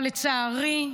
אבל לצערי,